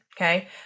okay